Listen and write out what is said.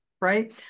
right